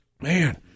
Man